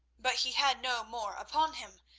but he had no more upon him.